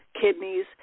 kidneys